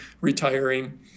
retiring